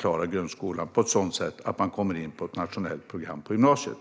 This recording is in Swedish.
klarar grundskolan på ett sådant sätt att de kommer in på ett nationellt program på gymnasiet.